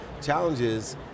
challenges